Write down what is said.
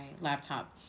laptop